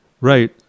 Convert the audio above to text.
Right